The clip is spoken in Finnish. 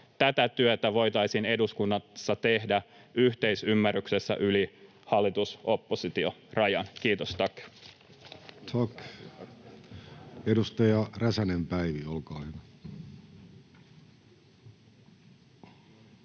tätä työtä voitaisiin eduskunnassa tehdä yhteisymmärryksessä yli hallitus—oppositio-rajan. — Kiitos,